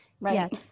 Right